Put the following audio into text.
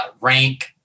rank